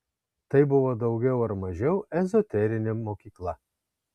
tai buvo daugiau ar mažiau ezoterinė mokykla